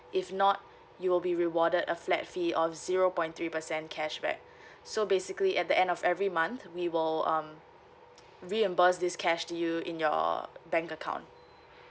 if not you will be rewarded a flat fee of zero point three percent cashback so basically at the end of every month we will um reimburse this cash to you in your bank account